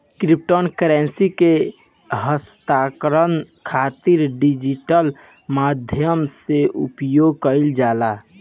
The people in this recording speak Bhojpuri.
क्रिप्टो करेंसी के हस्तांतरण खातिर डिजिटल माध्यम से उपयोग कईल जाला